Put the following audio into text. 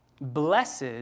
blessed